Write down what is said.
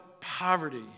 poverty